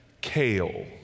kale